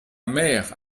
mère